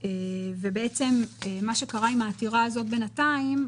בעצם מה שקרה עם העתירה הזאת בינתיים,